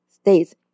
States